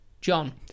John